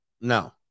no